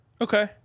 Okay